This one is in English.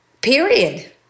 period